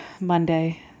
Monday